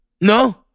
No